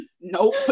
Nope